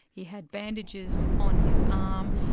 he had bandages on his arm,